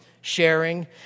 sharing